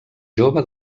jove